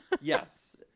Yes